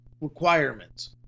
requirements